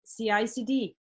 CICD